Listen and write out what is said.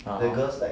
(uh huh)